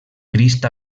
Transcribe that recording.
crist